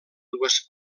dues